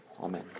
Amen